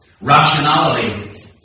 Rationality